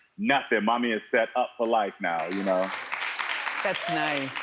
nothing. mommy is set up for life now. you know that's nice.